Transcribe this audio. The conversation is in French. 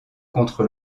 contre